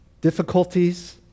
difficulties